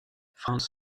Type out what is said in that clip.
franz